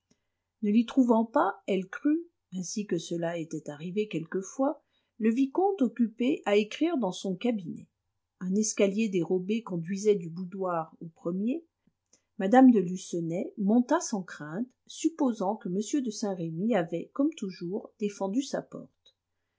ne l'y trouvant pas elle crut ainsi que cela était arrivé quelquefois le vicomte occupé à écrire dans son cabinet un escalier dérobé conduisait du boudoir au premier mme de lucenay monta sans crainte supposant que m de saint-remy avait comme toujours défendu sa porte